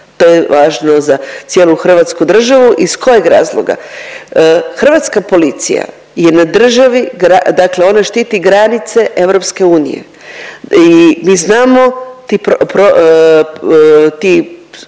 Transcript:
to je važno za cijelu Hrvatsku državu. Iz kojeg razloga? Hrvatska policija je na državi dakle ona štiti granice EU i mi znamo ti putevi